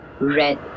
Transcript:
red